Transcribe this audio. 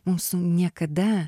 mūsų niekada